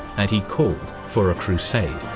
and he called for a crusade.